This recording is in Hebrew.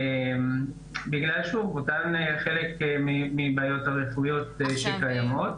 בגלל אותן בעיות רפואיות שקיימות.